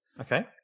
Okay